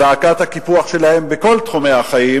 זעקת הקיפוח שלהם בכל תחומי החיים